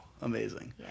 Amazing